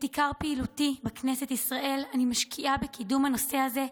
את עיקר פעילותי בכנסת ישראל אני משקיעה בקידום הנושא הזה,